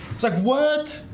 it's like what?